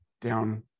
down